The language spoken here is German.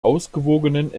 ausgewogenen